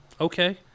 okay